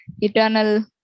Eternal